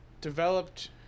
developed